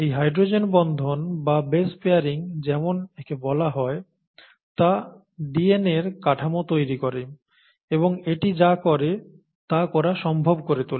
এই হাইড্রোজেন বন্ধন গঠন বা বেশ পেয়ারিং যেমন একে বলা হয় তা DNA র কাঠামো তৈরি করে এবং এটি যা করে তা করা সম্ভব করে তোলে